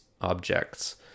objects